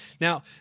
Now